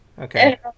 Okay